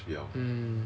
mm